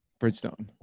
Bridgestone